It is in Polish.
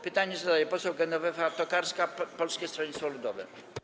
Pytanie zadaje poseł Genowefa Tokarska, Polskie Stronnictwo Ludowe.